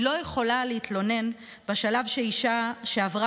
היא לא יכולה להתלונן באותו שלב שאישה שעברה